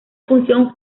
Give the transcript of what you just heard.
función